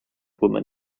woman